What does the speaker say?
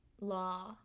Law